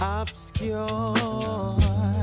obscure